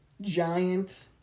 giant